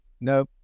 No